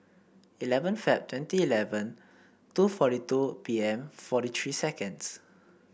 eleven Feb twenty eleven two forty two P M forty three seconds